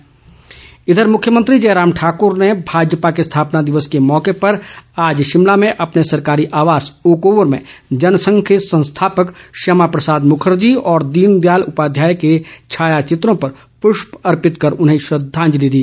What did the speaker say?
मुख्यमंत्री इधर मुख्यमंत्री जयराम ठाकुर ने भाजपा के स्थापना दिवस के अवसर पर आज शिमला में अपने सरकारी आवास ओक ओवर में जनसंघ के संस्थापक श्यामा प्रसाद मुखर्जी और दीनदयाल उपाध्याय के छाया चित्रों पर प्रष्प अर्पित कर उन्हें श्रद्वांजलि दी